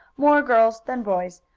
more girls than boys.